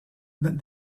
that